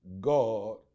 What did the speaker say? God